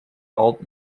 alt